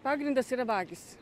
pagrindas yra vagys